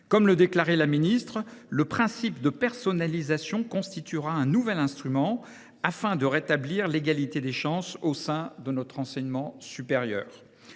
ministre déclarait alors que le principe de personnalisation constituerait un nouvel instrument permettant de rétablir l’égalité des chances au sein de notre enseignement supérieur.